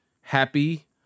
happy